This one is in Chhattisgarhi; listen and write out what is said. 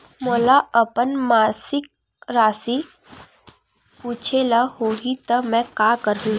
मोला अपन मासिक राशि पूछे ल होही त मैं का करहु?